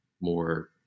more